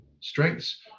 strengths